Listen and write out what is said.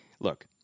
look